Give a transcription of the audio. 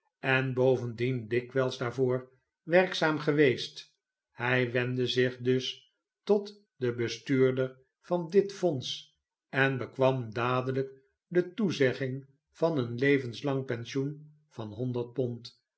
en bovendien dikwijls daarvoorwerkzaamgeweest hij wendde zich dus tot den bestuurder van dit fonds en bekwam dadelijk de toezegging van een levenslang pensioen van pond